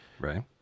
Right